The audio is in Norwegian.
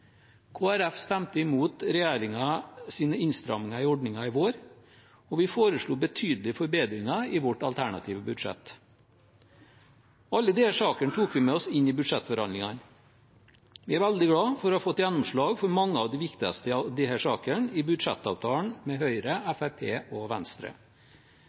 stemte imot regjeringens innstramminger i ordningen i vår, og vi foreslo betydelige forbedringer i vårt alternative budsjett. Alle disse sakene tok vi med oss inn i budsjettforhandlingene. Vi er veldig glade for å ha fått gjennomslag for mange av de viktigste av disse sakene i budsjettavtalen med Høyre, Fremskrittspartiet og Venstre.